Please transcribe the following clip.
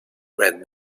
red